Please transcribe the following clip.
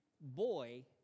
boy